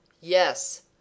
YES